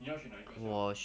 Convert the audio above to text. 你要选哪个 sia